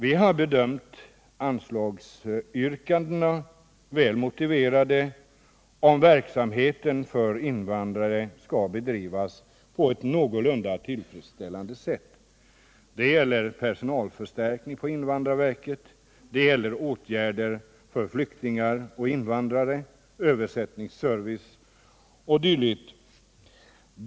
Vi har bedömt anslagsyrkandena som motiverade, om verksamheten för invandrare skall bedrivas på ett någorlunda tillfredsställande sätt. Det gäller personalförstärkning på invandrarverket, åtgärder för flyktingar och invandrare — översättningsservice o. d.